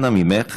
אנא ממך,